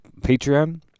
patreon